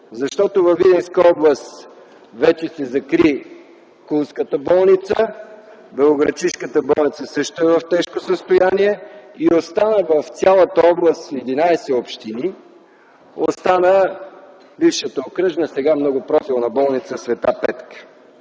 защото във Видинска област вече се закри Кулската болница, Белоградчишката болница също е в тежко състояние. Остана в цялата област – 11 общини, остана бившата окръжна, сега Многопрофилна болница „Св. Петка”.